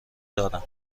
دارم